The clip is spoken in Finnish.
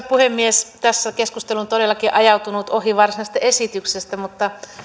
puhemies tässä keskustelu on todellakin ajautunut ohi varsinaisesta esityksestä mutta